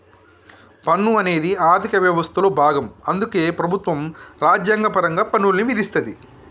పన్ను అనేది ఆర్థిక వ్యవస్థలో భాగం అందుకే ప్రభుత్వం రాజ్యాంగపరంగా పన్నుల్ని విధిస్తది